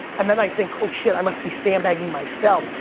and then i think, oh shit, i must be sandbagging myself.